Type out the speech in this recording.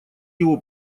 его